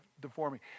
deforming